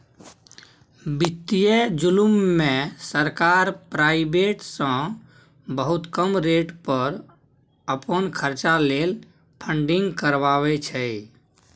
बित्तीय जुलुम मे सरकार प्राइबेट सँ बहुत कम रेट पर अपन खरचा लेल फंडिंग करबाबै छै